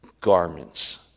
garments